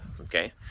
Okay